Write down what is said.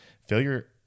failure